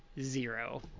zero